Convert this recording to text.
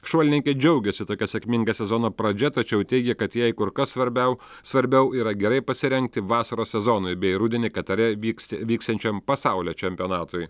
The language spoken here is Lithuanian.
šuolininkė džiaugiasi tokia sėkminga sezono pradžia tačiau teigia kad jai kur kas svarbiau svarbiau yra gerai pasirengti vasaros sezonui bei rudenį katare vykst vyksiančiam pasaulio čempionatui